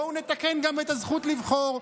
בואו נתקן גם את הזכות לבחור.